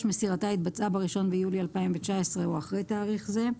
מסירתה התבצעה ב-1 ביולי 2019 או אחרי תאריך זה.